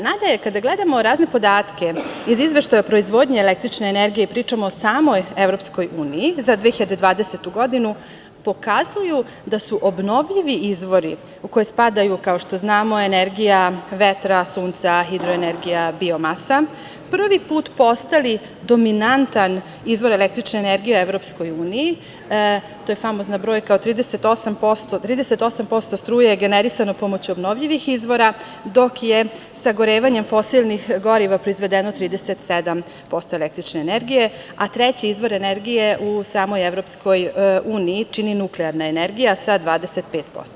Nadalje kada gledamo razne podatke iz Izveštaja o proizvodnji električne energije, pričamo o samoj EU za 2020. godinu, pokazuju da su obnovljivi izvori u koje spadaju kao što znamo energija vetra, Sunca, hidroenergija, biomasa, prvi put postali dominantan izvor električne energije EU, to je famozna brojka od 38% struje generisano pomoću obnovljivih izvora, dok je sagorevanjem fosilnih goriva proizvedeno 37% električne energije, a treći izvor energije je u samoj EU čini nuklearne energija sa 25%